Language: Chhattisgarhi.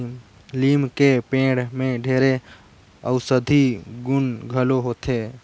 लीम के पेड़ में ढेरे अउसधी गुन घलो होथे